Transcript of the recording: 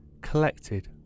collected